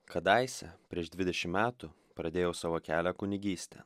kadaise prieš dvidešim metų pradėjau savo kelią kunigystę